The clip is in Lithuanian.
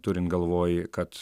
turint galvoj kad